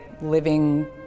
living